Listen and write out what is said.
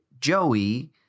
Joey